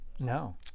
No